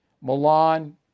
Milan